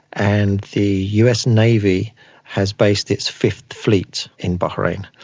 and the us navy has based its fifth fleet in bahrain.